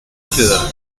ciudad